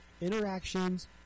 Interactions